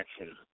action